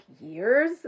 years